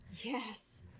yes